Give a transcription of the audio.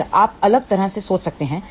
खैर आप अलग तरह से सोच सकते हैं